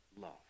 love